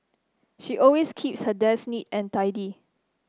she always keeps her desk neat and tidy